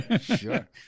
sure